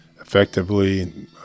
effectively